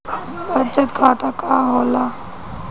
बचत खाता का होला?